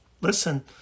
Listen